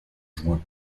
juin